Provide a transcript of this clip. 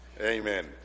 amen